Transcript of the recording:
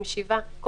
עם שבעה ראשי ערים.